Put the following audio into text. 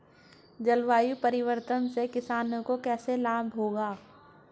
जलवायु परिवर्तन से किसानों को कैसे लाभ होगा?